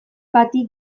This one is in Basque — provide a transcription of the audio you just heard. bati